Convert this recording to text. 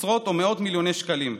עשרות או מאות מיליוני שקלים?